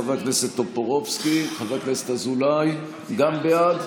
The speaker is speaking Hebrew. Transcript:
חבר הכנסת טופורובסקי, חבר הכנסת אזולאי, גם בעד.